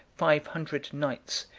five hundred knights,